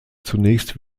zunächst